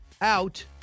out